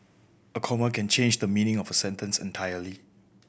a comma can change the meaning of a sentence entirely